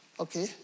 Okay